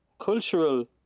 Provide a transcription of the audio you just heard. cultural